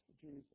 Jesus